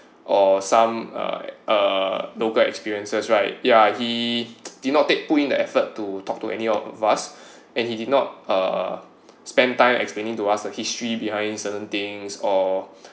or some uh uh local experiences right yeah he did not take put in the effort to talk to any of us and he did not spend time explaining to us the history behind certain things or